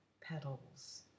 petals